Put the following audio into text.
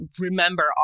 remember